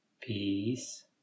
peace